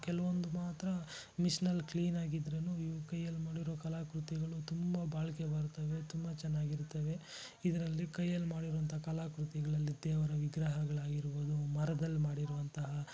ಕೆಲವೊಂದು ಮಾತ್ರ ಮಿಷನಲ್ಲಿ ಕ್ಲೀನಾಗಿದ್ರೂ ಇವು ಕೈಯಲ್ಲಿ ಮಾಡಿರೊ ಕಲಾಕೃತಿಗಳು ತುಂಬ ಬಾಳಿಕೆ ಬರ್ತವೆ ತುಂಬ ಚೆನ್ನಾಗಿರ್ತವೆ ಇದರಲ್ಲಿ ಕೈಯಲ್ಲಿ ಮಾಡಿರೊಂಥ ಕಲಾಕೃತಿಗಳಲ್ಲಿ ದೇವರ ವಿಗ್ರಹಗಳಾಗಿರ್ಬೊದು ಮರದಲ್ಲಿ ಮಾಡಿರುವಂತಹ